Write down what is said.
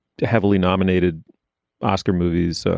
too heavily nominated oscar movies,